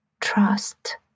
trust